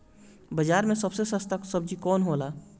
बाजार मे सबसे सस्ता सबजी कौन होला?